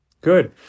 Good